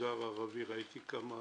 במגזר הערבי, ראיתי כמה